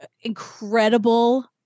incredible